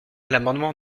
l’amendement